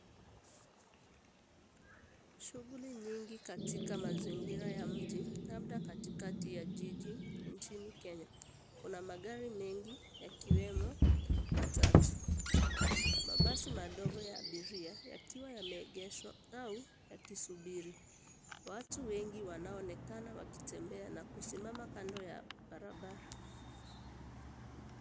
Shughuli nyingi katika mazingira ya mji labda katikati ya jiji nchini Kenya. Kuna magari mengi yakiwemo matatu, mabasi madogo ya abiria yakiwa yameegeshwa au yakisubiri. Watu wengi wanaonekana wakitembea na kusimama kando ya barabara.